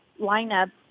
lineup